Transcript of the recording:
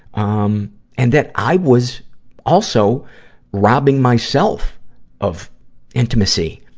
um and that i was also robbing myself of intimacy,